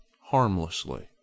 harmlessly